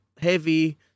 heavy